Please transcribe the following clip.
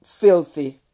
filthy